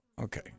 Okay